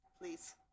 please